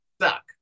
suck